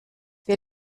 wir